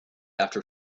after